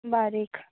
बारीक